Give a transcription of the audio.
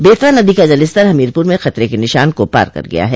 बेतवा नदी का जलस्तर हमीरपुर में खतरे के निशान को पार कर गया है